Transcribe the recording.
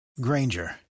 Granger